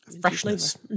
freshness